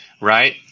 right